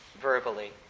verbally